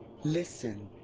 listen.